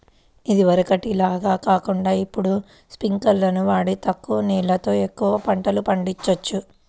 ఇదివరకటి లాగా కాకుండా ఇప్పుడు స్పింకర్లును వాడి తక్కువ నీళ్ళతో ఎక్కువ పంటలు పండిచొచ్చు